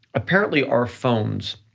apparently, our phones